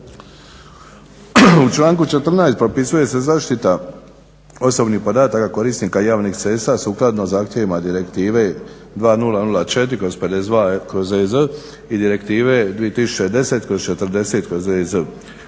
U članku 14. propisuje se zaštita osobnih podataka korisnika javnih cesta sukladno zahtjevima Direktive 2004/52/EZ i Direktive 2010/40/EZ.